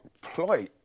ploy